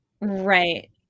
Right